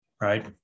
right